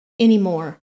anymore